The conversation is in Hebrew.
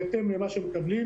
בהתאם למה שמקבלים.